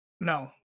No